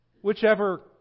Whichever